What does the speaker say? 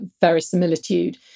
verisimilitude